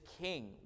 king